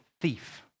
thief